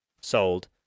sold